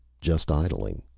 just idling.